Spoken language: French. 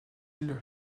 îles